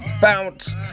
bounce